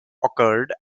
occurred